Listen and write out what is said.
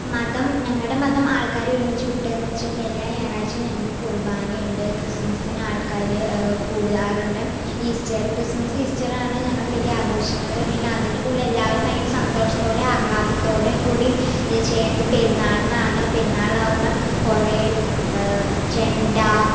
മതം ഞങ്ങളുടെ മതം ആൾക്കാരെ ഒരുമിച്ച് കൂട്ടുക എന്ന് വച്ചിട്ടുണ്ടെങ്കിൽ എല്ലാ ഞായറാഴ്ചയും ഞങ്ങൾക്ക് കുർബാന ഉണ്ട് ക്രിസ്മസിന് ആൾക്കാർ കൂടാറുണ്ട് ഈസ്റ്റർ ക്രിസ്മസ് ഈസ്റ്ററാണ് ഞങ്ങൾ വലിയ ആഘോഷങ്ങളിൽ പിന്നെ അതിന് കൂടുതൽ എല്ലാവരും ഭയങ്കര സന്തോഷത്തോടെ ആഹ്ളാദത്തോടെ കൂടിയും ഇത് ചെയ്യുന്നത് പെരുന്നാളിനാണ് പെരുന്നാളാവുമ്പം കുറേ ചെണ്ട